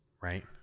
right